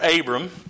Abram